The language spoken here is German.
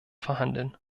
verhandeln